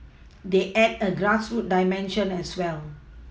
they add a grassroots dimension as well